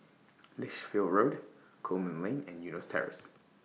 Lichfield Road Coleman Lane and Eunos Terrace